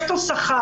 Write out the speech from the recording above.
יש לו שכר,